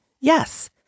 Yes